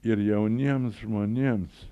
ir jauniems žmonėms